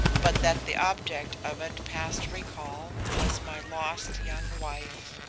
but that the object of it past recall, was my lost young wife.